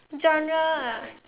genre ah